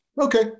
Okay